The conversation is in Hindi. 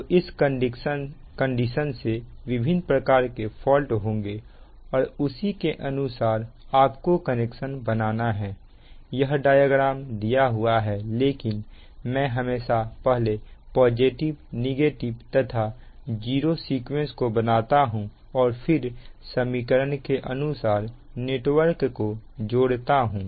तो इस कंडीशन से विभिन्न प्रकार के फॉल्ट होंगे और उसी के अनुसार आपको कनेक्शन बनाना है यह डायग्राम दिया हुआ है लेकिन मैं हमेशा पहले पॉजिटिव नेगेटिव तथा जीरो सीक्वेंस को बनाता हूं और फिर समीकरण के अनुसार नेटवर्क को जोड़ता हूं